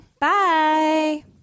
Bye